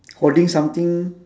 holding something